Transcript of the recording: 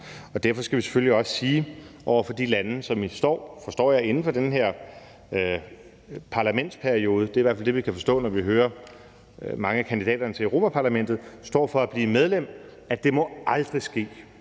Og derfor skal vi selvfølgelig også sige i forhold til de lande, som jo står til, forstår jeg, inden for den her parlamentsperiode – det er i hvert fald det, vi kan forstå, når vi hører mange af kandidaterne til Europa-Parlamentet – for at blive medlem, at det må aldrig ske,